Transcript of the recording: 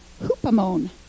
hoopamone